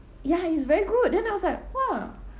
ya it's very good then I was like !wah!